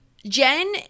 Jen